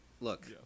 Look